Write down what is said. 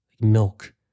milk